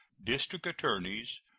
district attorneys,